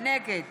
נגד